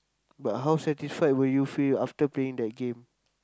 but how satisfied will you feel after playing that game